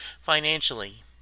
financially